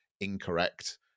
incorrect